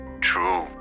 true